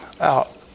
out